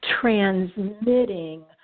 transmitting